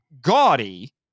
gaudy